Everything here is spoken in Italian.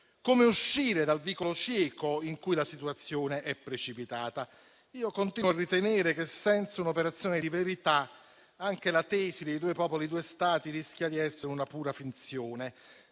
come uscire dal vicolo cieco in cui la situazione è precipitata. Continuo a ritenere che senza un'operazione di verità anche la tesi "due popoli, due Stati" rischia di essere una pura finzione.